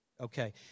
okay